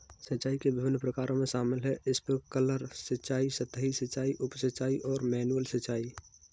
सिंचाई के विभिन्न प्रकारों में शामिल है स्प्रिंकलर सिंचाई, सतही सिंचाई, उप सिंचाई और मैनुअल सिंचाई